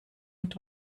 und